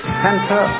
center